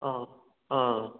ꯑꯥ ꯑꯥ